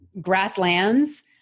grasslands